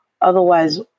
Otherwise